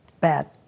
Bad